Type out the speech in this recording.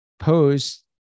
pose